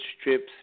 strips